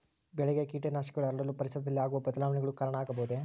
ಬೆಳೆಗೆ ಕೇಟನಾಶಕಗಳು ಹರಡಲು ಪರಿಸರದಲ್ಲಿ ಆಗುವ ಬದಲಾವಣೆಗಳು ಕಾರಣ ಆಗಬಹುದೇ?